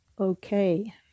Okay